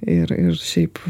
ir ir šiaip